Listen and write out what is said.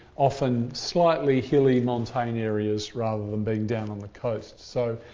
often slightly hilly montane areas rather than being down on the coast. so,